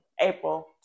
April